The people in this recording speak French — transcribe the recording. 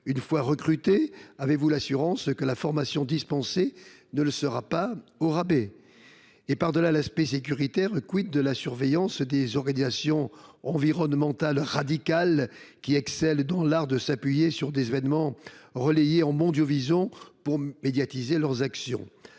été recrutés, avez vous l’assurance que la formation qui leur sera dispensée ne sera pas au rabais ? Par delà l’aspect sécuritaire, de la surveillance des organisations environnementales radicales, qui excellent dans l’art de s’appuyer sur des événements relayés en mondovision pour médiatiser leurs actions ?